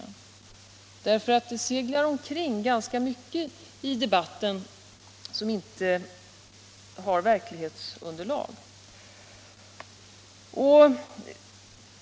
Det seglar nämligen i debatten omkring ganska mycket uppgifter som inte har verklighetsunderlag.